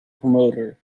promoter